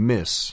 Miss